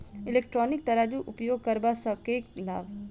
Electronic तराजू उपयोग करबा सऽ केँ लाभ?